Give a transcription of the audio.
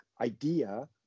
idea